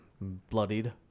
Bloodied